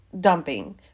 dumping